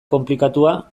konplikatua